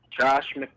Josh